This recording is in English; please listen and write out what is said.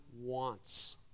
wants